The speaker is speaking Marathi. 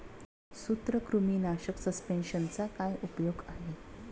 सूत्रकृमीनाशक सस्पेंशनचा काय उपयोग आहे?